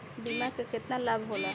बीमा के केतना लाभ होला?